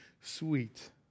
sweet